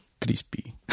crispy